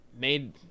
made